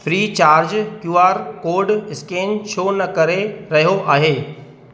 free charge Q R code scan छो न करे रहियो आहे